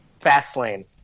Fastlane